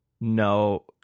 no